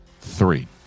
three